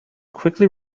quickly